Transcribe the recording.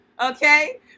okay